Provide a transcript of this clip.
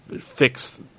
fix